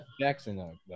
Jackson